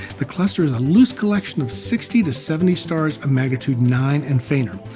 the cluster is a loose collection of sixty to seventy stars of magnitude nine and fainter,